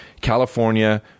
California